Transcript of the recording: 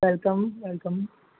welcome welcome